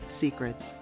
Secrets